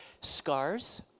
scars